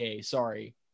Sorry